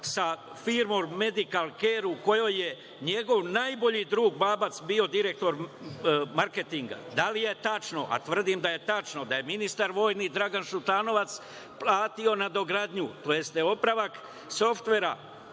sa firmom „Medikalker“ u kojoj je njegov najbolji drug Babac bio direktor marketinga? Da li je tačno, a tvrdim da je tačno, da je ministar vojni Dragan Šutanovac platio nadogradnju tj. da je opravak softvera